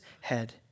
head